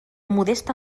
modesta